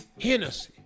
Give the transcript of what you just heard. Hennessy